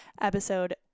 episode